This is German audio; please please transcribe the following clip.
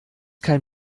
kein